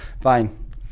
fine